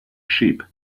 sheep